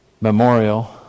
memorial